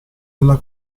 della